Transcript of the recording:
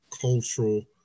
cultural